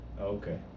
Okay